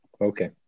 Okay